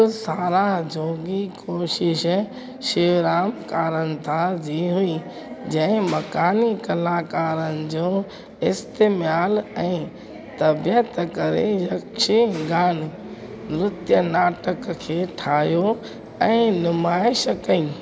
हिक साराह जोॻी कोशिश शिवराम कारंथा जी हुई जंहिं मकानी कलाकारनि जो इस्तेमालु ऐं तबियत करे यक्षगान नृत्यनाटक खे ठाहियो ऐं नुमाइश कई